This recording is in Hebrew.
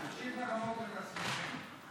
תמשיך לרמות את עצמך.